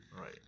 Right